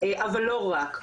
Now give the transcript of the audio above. אבל לא רק.